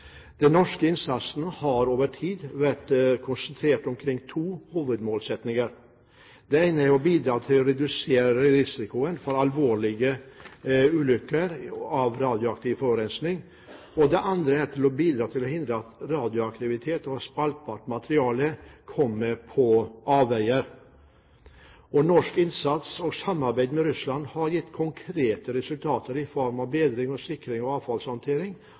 Den norske innsatsen har over tid vært konsentrert omkring to hovedmålsettinger. Den ene er å bidra til å redusere risikoen for alvorlige ulykker og radioaktiv forurensning. Den andre er å bidra til å hindre at radioaktivt og spaltbart materiale kommer på avveier. Norsk innsats og samarbeid med Russland har gitt konkrete resultater i form av bedre sikring og avfallshåndtering av